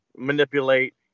manipulate